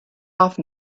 off